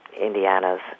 Indiana's